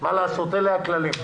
מה לעשות, אלה הכללים.